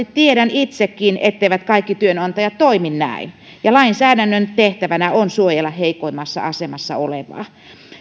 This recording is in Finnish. tiedän itsekin etteivät kaikki työnantajat toimi näin ja lainsäädännön tehtävänä on suojella heikoimmassa asemassa olevaa